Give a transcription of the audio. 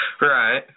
right